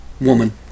woman